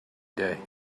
day